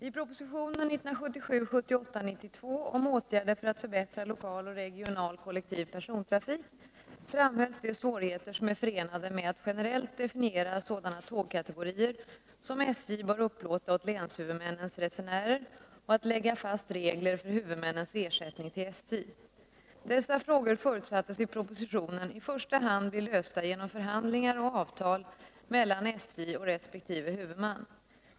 I propositionen 1977/78:92 om åtgärder för att förbättra lokal och regional kollektiv persontrafik framhölls de svårigheter som är förenade med att generellt definiera sådana tågkategorier som SJ bör upplåta åt länshuvudmännens resenärer och att lägga fast regler för huvudmännens ersättning till SJ. Dessa frågor förutsattes i propositionen i första hand bli lösta genom förhandlingar och avtal mellan SJ och resp. huvudman.